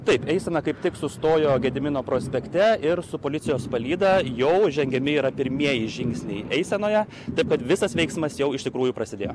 taip eisena kaip tik sustojo gedimino prospekte ir su policijos palyda jau žengiami yra pirmieji žingsniai eisenoje taip kad visas veiksmas jau iš tikrųjų prasidėjo